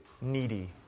needy